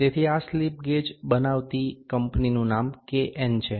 તેથી આ slip gauge બનાવતી કંપનીનું નામ કે એન છે